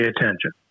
attention